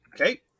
Okay